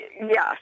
Yes